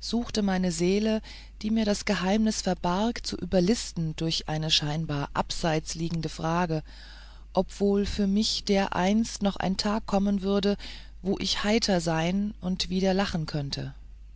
suchte meine seele die mir das geheimnis verbarg zu überlisten durch die scheinbar abseits liegende frage ob wohl für mich dereinst noch ein tag kommen würde wo ich heiter sein und wieder lachen könnte